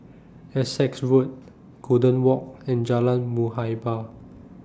Essex Road Golden Walk and Jalan Muhibbah